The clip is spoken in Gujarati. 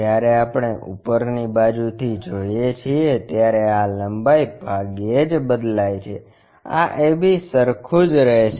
જ્યારે આપણે ઉપરની બાજુથી જોઈએ છીએ ત્યારે આ લંબાઈ ભાગ્યે જ બદલાય છે આ AB સરખું જ રહેશે